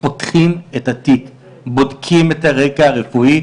אנחנו פותחים את התיק, בודקים את הרקע הרפואי,